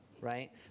right